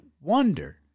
wonder